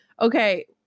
okay